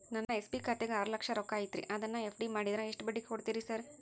ನನ್ನ ಎಸ್.ಬಿ ಖಾತ್ಯಾಗ ಆರು ಲಕ್ಷ ರೊಕ್ಕ ಐತ್ರಿ ಅದನ್ನ ಎಫ್.ಡಿ ಮಾಡಿದ್ರ ಎಷ್ಟ ಬಡ್ಡಿ ಕೊಡ್ತೇರಿ ಸರ್?